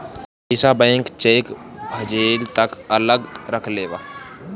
ई पइसा bank cheque भजले तक अलग रख लेवेला